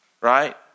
right